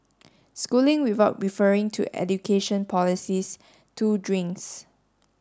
schooling without referring to education policies two drinks